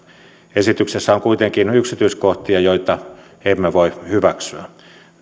esityksessä on kuitenkin yksityiskohtia joita emme voi hyväksyä